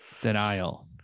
Denial